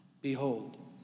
behold